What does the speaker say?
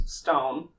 stone